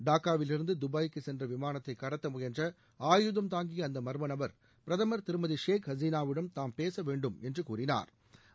டாக்காவிலிருந்து துபாய்க்கு சென்ற விமானத்தை கடத்த முயன்ற ஆயுதம் தாங்கிய அந்த ம்மநபா பிரதமா் திருமதி ஷேக் அசினாவுடன் தாம் பேச வேண்டும் என்று கூறினாா்